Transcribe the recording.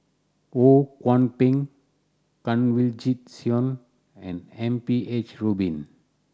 Ho Kwon Ping Kanwaljit Soin and M P H Rubin